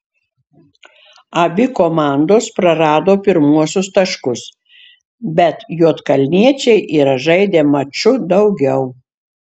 abi komandos prarado pirmuosius taškus bet juodkalniečiai yra žaidę maču daugiau